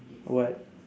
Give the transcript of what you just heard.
what